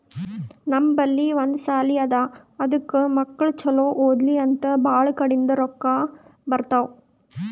ನಮ್ ಬಲ್ಲಿ ಒಂದ್ ಸಾಲಿ ಅದಾ ಅದಕ್ ಮಕ್ಕುಳ್ ಛಲೋ ಓದ್ಲಿ ಅಂತ್ ಭಾಳ ಕಡಿಂದ್ ರೊಕ್ಕಾ ಬರ್ತಾವ್